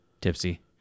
tipsy